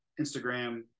Instagram